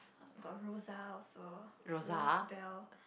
got Rosa also Rose Belle